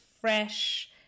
fresh